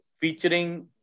featuring